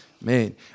Man